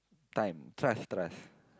time trust trust